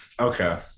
Okay